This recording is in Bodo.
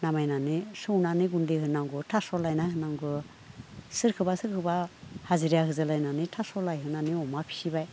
नामायनानै संनानै गुन्दै होनांगौ थास' लायना होनांगौ सोरखौबा सोरखौबा हाजिरा होलायनानै थास' लायहोनानै अमा फिसिबाय